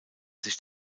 sich